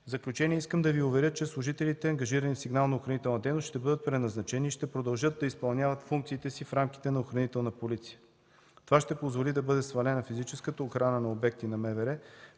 В заключение, искам да Ви уверя, че служителите, ангажирани със „Сигнално-охранителната дейност”, ще бъдат преназначени и ще продължат да изпълняват функциите си в рамките на Охранителна полиция. Това ще позволи да бъде свалена физическата охрана на обекти на МВР,